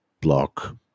block